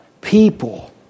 people